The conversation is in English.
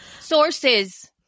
Sources